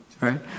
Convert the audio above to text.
right